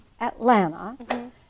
Atlanta